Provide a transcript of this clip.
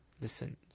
listen